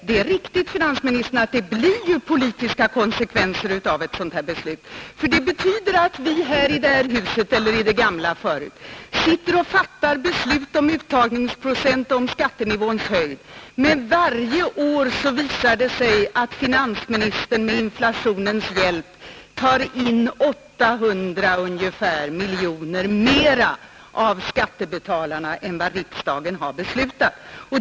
Det är riktigt, herr finansminister, att det blir politiska konsekvenser av ett sådant beslut. Vi sitter här i riksdagen och fattar beslut om uttagningsprocent och om skattenivåns höjd, men varje år visar det sig att finansministern med inflationens hjälp tar in ungefär 800 miljoner mer av skattebetalarna än vad riksdagen har beslutat.